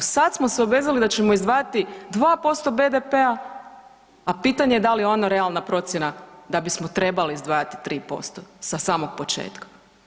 Sad smo se obvezali da ćemo izdvajati 2% BDP-a, a pitanje je da li je ono realna procjena da bismo trebali izdvajati 3% sa samog početka?